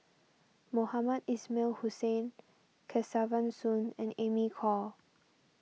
Mohamed Ismail Hussain Kesavan Soon and Amy Khor